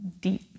deep